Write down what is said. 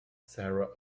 sarah